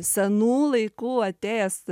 senų laikų atėjęs